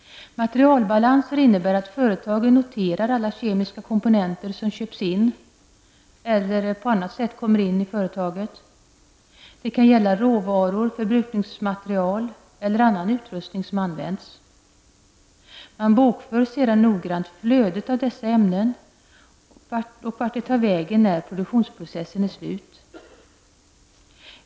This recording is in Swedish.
Materialbalanser innebär att företagen noterar alla kemiska komponenter som köps in eller på annat sätt kommer in till företaget. Det kan gälla råvaror, förbrukningsmateriel eller annan utrustning som används. Man bokför sedan noggrant flödet av dessa ämnen och vart de tar vägen när produktionsprocessen är slut.